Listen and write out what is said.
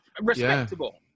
respectable